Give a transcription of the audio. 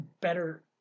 better